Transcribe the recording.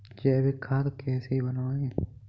जैविक खाद कैसे बनाएँ?